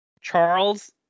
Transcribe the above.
Charles